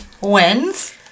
wins